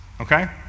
okay